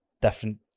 different